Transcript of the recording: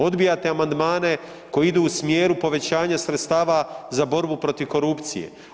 Odbijate amandmane koji idu u smjeru povećanja sredstava za borbu protiv korupcije.